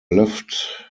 left